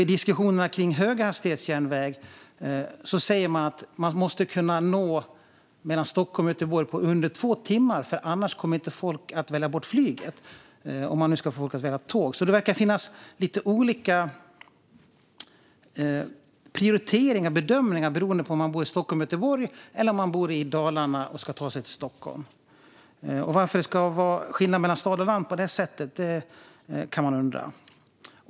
I diskussionerna om höghastighetsjärnväg sägs det att man måste kunna ta sig mellan Stockholm och Göteborg på under två timmar eftersom folk annars inte kommer att välja bort flyget. Det verkar alltså finnas lite olika prioriteringar och bedömningar beroende på om man bor i Stockholm eller Göteborg eller om man bor i Dalarna och ska ta sig till Stockholm. Det går att undra varför det ska vara skillnad mellan stad och land på det sättet.